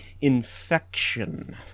infection